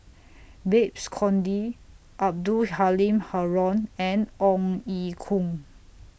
Babes Conde Abdul Halim Haron and Ong Ye Kung